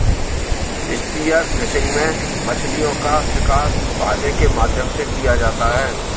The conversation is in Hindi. स्पीयर फिशिंग में मछलीओं का शिकार भाले के माध्यम से किया जाता है